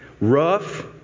rough